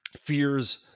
fears